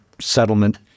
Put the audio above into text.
settlement